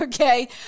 okay